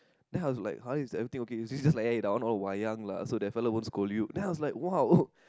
then I was like Harrith is everything okay he just like eh that one all wayang lah so that fellow won't scold you then I was like !wow!